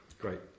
Great